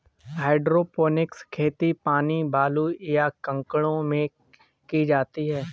hydroponics खेती पानी, बालू, या कंकड़ों में की जाती है